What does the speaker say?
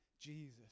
Jesus